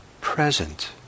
present